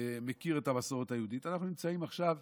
ומכיר את המסורת היהודית, אנחנו נמצאים עכשיו